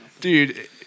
Dude